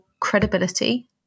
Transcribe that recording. credibility